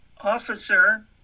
Officer